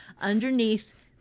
underneath